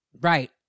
right